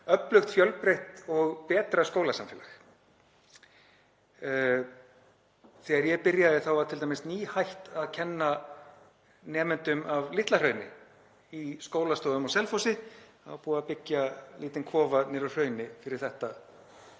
öflugt, fjölbreytt og betra skólasamfélag. Þegar ég byrjaði var t.d. nýhætt að kenna nemendum af Litla-Hrauni í skólastofum á Selfossi, það var búið að byggja lítinn kofa niður á Hrauni fyrir þennan